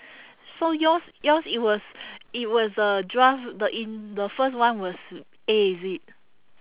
so yours yours it was it was the draft the in the first one was A is it